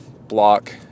block